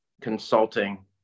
consulting